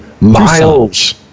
miles